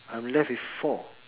I'm left with four